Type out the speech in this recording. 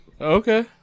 Okay